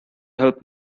help